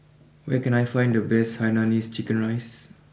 where can I find the best Hainanese Chicken Rice